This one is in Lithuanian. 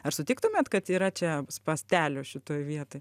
ar sutiktumėt kad yra čia spąstelių šitoj vietoj